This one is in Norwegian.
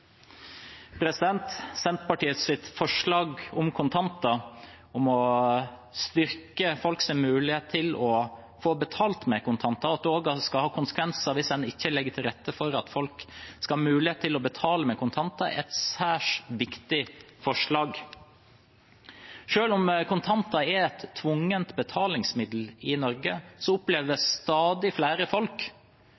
forslag om kontanter, om å styrke folks mulighet til å få betalt med kontanter, og at det også skal ha konsekvenser hvis en ikke legger til rette for at folk skal ha mulighet til å betale med kontanter, er et særs viktig forslag. Selv om kontanter er et tvungent betalingsmiddel i Norge,